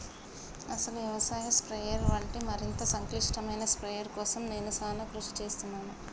అసలు యవసాయ స్ప్రయెర్ వంటి మరింత సంక్లిష్టమైన స్ప్రయెర్ కోసం నేను సానా కృషి సేస్తున్నాను